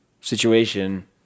situation